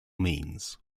means